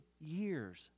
years